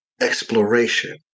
exploration